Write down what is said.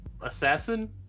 assassin